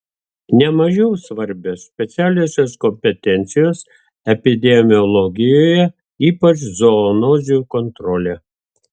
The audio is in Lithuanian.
ne mažiau svarbios specialiosios kompetencijos epidemiologijoje ypač zoonozių kontrolė